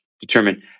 determine